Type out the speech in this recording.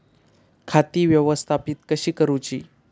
खाती व्यवस्थापित कशी करूची?